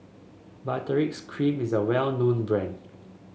Baritex Cream is a well known brand